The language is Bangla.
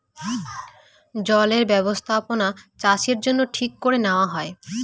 জলে বস্থাপনাচাষের জন্য ঠিক করে নেওয়া হয়